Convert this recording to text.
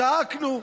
צעקנו,